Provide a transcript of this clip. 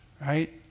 right